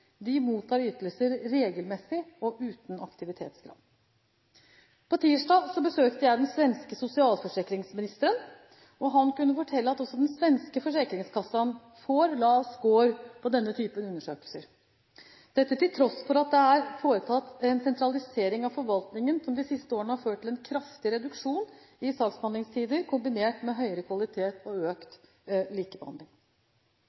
De mottar ytelser regelmessig og uten aktivitetskrav. På tirsdag besøkte jeg den svenske social- og forsäkringsministeren, og han kunne fortelle at også den svenske Försäkringskassan får lav score på denne typen undersøkelser. Dette til tross for at det er foretatt en sentralisering av forvaltningen som de siste årene har ført til en kraftig reduksjon i saksbehandlingstider, kombinert med høyere kvalitet og